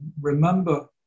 remember